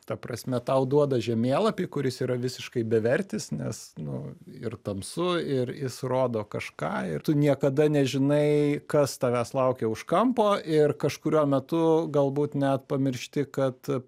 ta prasme tau duoda žemėlapį kuris yra visiškai bevertis nes nu ir tamsu ir jis rodo kažką ir tu niekada nežinai kas tavęs laukia už kampo ir kažkuriuo metu galbūt net pamiršti kad